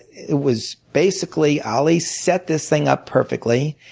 it was basically ali set this thing up perfectly.